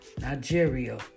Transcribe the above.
Nigeria